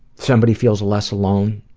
somebody feels less alone